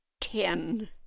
ten